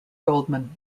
goldman